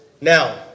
Now